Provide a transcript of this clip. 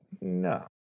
No